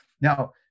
now